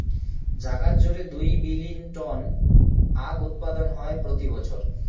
জাগাত জুড়ে দুই বিলীন টন আখউৎপাদন হই প্রতি বছর